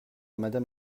madame